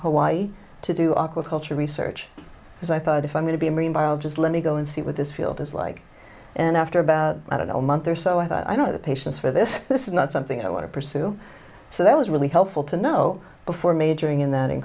hawaii to do aquaculture research because i thought if i'm going to be a marine biologist let me go and see what this field is like and after about i don't know a month or so i thought i don't know the patience for this this is not something i want to pursue so that was really helpful to know before majoring in that in